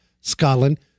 Scotland